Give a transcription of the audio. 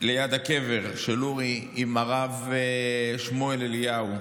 ליד הקבר של אורי עם הרב שמואל אליהו,